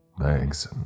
Thanks